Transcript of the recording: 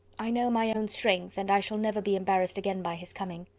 i know my own strength, and i shall never be embarrassed again by his coming.